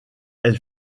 elle